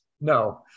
No